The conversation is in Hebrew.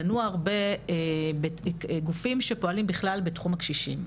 פנו הרבה גופים שפועלים בכלל בתחום הקשישים,